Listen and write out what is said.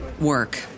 work